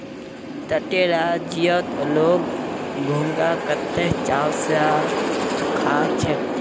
तटीय राज्यत लोग घोंघा कत्ते चाव स खा छेक